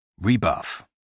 Rebuff